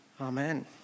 amen